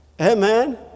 Amen